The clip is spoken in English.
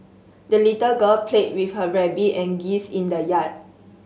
the little girl played with her rabbit and geese in the yard